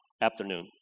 afternoon